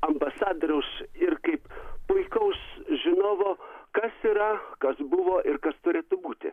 ambasadoriaus ir kaip puikaus žinovo kas yra kas buvo ir kas turėtų būti